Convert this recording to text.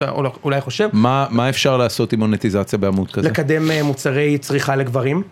או לא, אולי חושב. מה אפשר לעשות עם מונטיזציה בעמוד כזה? לקדם מוצרי צריכה לגברים.